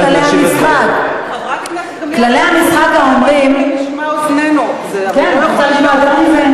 חברת הכנסת גרמן, את מוזמנת להשיב על דבריה.